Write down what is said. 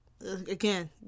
Again